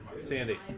Sandy